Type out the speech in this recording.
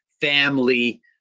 family